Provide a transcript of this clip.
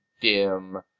dim